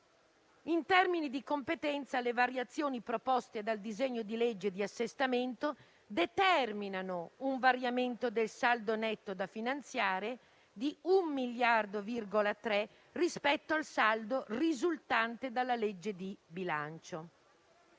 In termini di competenza, le variazioni proposte dal disegno di legge di assestamento determinano una variazione del saldo netto da finanziare di 1,3 miliardi rispetto al saldo risultante dalla legge di bilancio.